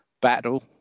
battle